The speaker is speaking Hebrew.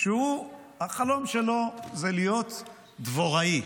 החלום שלו הוא להיות דבוראי.